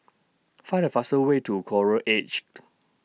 Find The fastest Way to Coral Edged